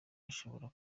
ishobora